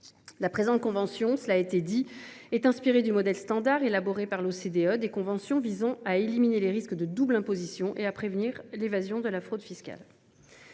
La présente convention, cela a été dit, est inspirée du modèle standard, élaboré par l’OCDE, des conventions visant à éliminer les risques de double imposition et à prévenir l’évasion et la fraude fiscales.